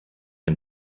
and